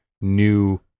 new